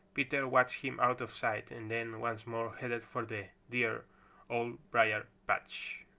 peter watched him out of sight and then once more headed for the dear old briar-patch.